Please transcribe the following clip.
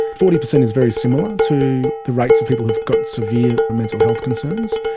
forty percent is very similar to the rates of people who've got severe mental health concerns.